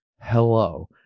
hello